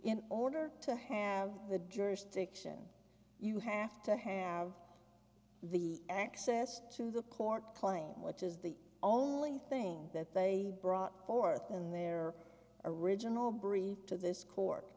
in order to have the jurisdiction you have to have the access to the court claim which is the only thing that they brought forth in their original brief to this cork